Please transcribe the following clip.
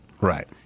Right